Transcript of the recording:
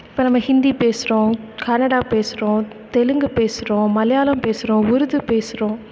இப்போ நம்ம ஹிந்தி பேசுகிறோம் கன்னடா பேசுகிறோம் தெலுங்கு பேசுகிறோம் மலையாளம் பேசுகிறோம் உருது பேசுகிறோம்